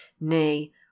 nay